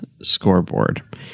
scoreboard